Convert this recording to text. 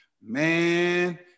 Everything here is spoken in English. man